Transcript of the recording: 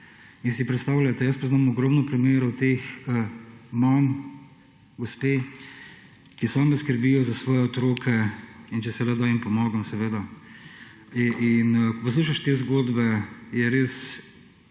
In si predstavljajte, jaz poznam ogromno primerov teh mam, gospe, ki same skrbijo za svoje otroke in če se le da, jim pomagam seveda. In ko poslušaš te zgodbe, je res